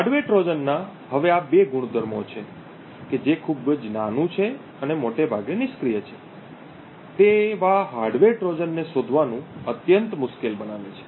hardware ટ્રોજનના હવે આ બે ગુણધર્મો કે જે ખૂબ જ નાનું છે અને મોટે ભાગે નિષ્ક્રિય છે તે હાર્ડવેર ટ્રોજનને શોધવાનું અત્યંત મુશ્કેલ બનાવે છે